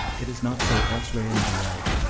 it is not so elsewhere in the world.